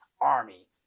army